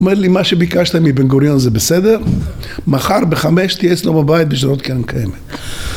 אומר לי מה שביקשת מבן גוריון זה בסדר מחר בחמש תהיה אצלו בבית בשדרות קרן קיימת